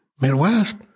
Midwest